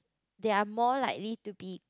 they are more likely to be